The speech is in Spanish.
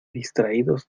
distraídos